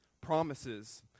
Promises